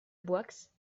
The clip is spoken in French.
boixe